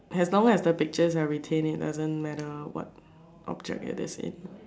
as long as the pictures are retained it doesn't matter what object it is in